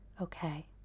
okay